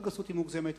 כל גסות היא מוגזמת,